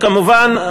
כמובן,